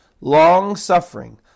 long-suffering